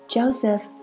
Joseph